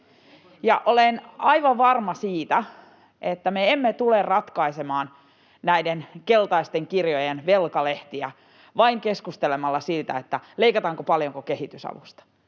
olen aivan varma siitä, että me emme tule ratkaisemaan näiden keltaisten kirjojen velkalehtiä keskustelemalla vain siitä, leikataanko ja paljonko kehitysavusta.